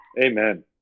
Amen